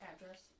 address